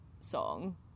song